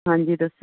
ਹਾਂਜੀ ਦੱਸੋ